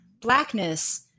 blackness